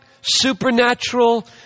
supernatural